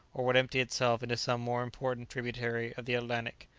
or would empty itself into some more important tributary of the atlantic.